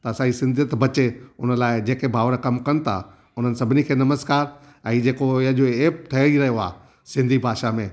त असांजी सिंधियत बचे उन लाइ जेके भाउर कमु कनि था उन्हनि सभिनीनि खे नमस्कार ऐं जेको ईअं एप ठही रहियो आहे सिंधी भाषा में